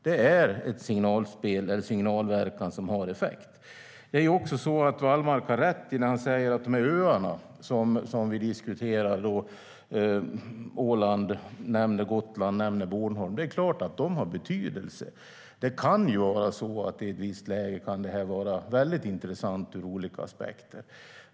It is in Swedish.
Det är en signalverkan som har effekt. Wallmark har också rätt om de öar som vi diskuterar - Åland, Gotland och Bornholm. Det är klart att de har betydelse. Det kan vara väldigt intressant ur olika aspekter.